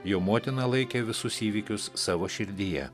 jo motiną laikė visus įvykius savo širdyje